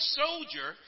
soldier